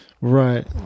Right